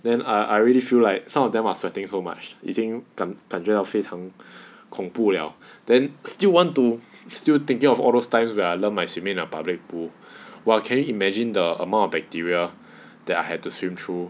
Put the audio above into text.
then I I really feel like some of them are sweating so much 已经感感觉到非常恐怖不 liao then still want to still thinking of all those times where I learn my swimming in the public pool !wah! can you imagine the amount of bacteria that I had to swim through